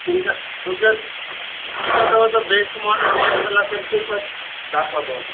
तुमच्या तुमच्या तुमच्या जवळचं बेस्ट मॉडेलला जे ते सर दाखवा तुम्ही फक्त